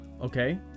Okay